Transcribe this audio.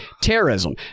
terrorism